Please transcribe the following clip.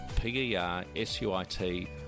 p-e-r-s-u-i-t